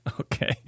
Okay